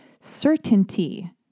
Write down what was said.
Certainty